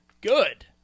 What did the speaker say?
good